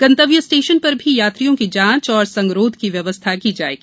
गंतव्य स्टेशन पर भी यात्रियों की जांच और संगरोध की व्यवस्था की जाएगी